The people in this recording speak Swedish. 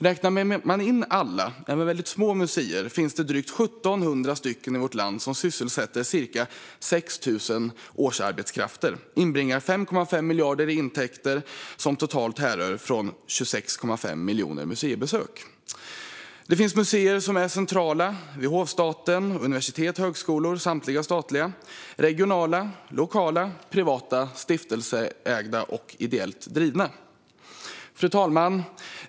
Räknar vi in alla museer, även väldigt små, finns det drygt 1 700 stycken i vårt land. De sysselsätter ca 6 000 årsarbetskrafter och inbringar 5,5 miljarder i intäkter, som härrör från totalt 26,5 miljoner museibesök. Det finns museer som är centrala - vid hovstaten och universitet/högskolor, som samtliga är statliga - regionala, lokala, privata, stiftelseägda och ideellt drivna. Fru talman!